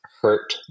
hurt